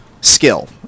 skill